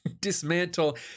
dismantle